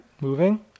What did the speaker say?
Moving